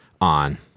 on